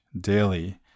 daily